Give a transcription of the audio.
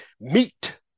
meat